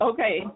Okay